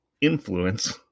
influence